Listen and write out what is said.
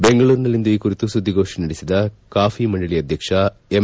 ಬೆಂಗಳೂರಿನಲ್ಲಿಂದು ಈ ಕುರಿತು ಸುದ್ದಿಗೋಷ್ಠಿ ನಡೆಸಿದ ಕಾಫಿ ಮಂಡಳಿ ಅಧ್ಯಕ್ಷ ಎಂ